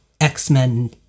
X-Men